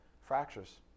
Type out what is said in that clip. Fractures